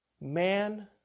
Man